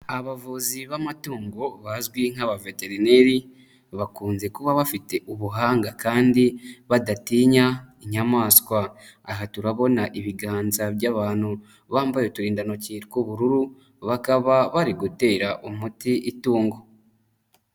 Abavuzi b'amatungo bazwi nk'abaveterineri bakunze kuba bafite ubuhanga kandi badatinya inyamaswa. Aha turabona ibiganza by'abantu bambaye uturindantoki tw'ubururu, bakaba bari gutera umuti itungo.